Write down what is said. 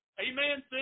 Amen